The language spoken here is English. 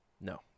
No